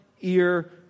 ear